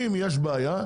אם יש בעיה,